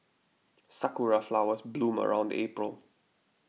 sakura flowers bloom around April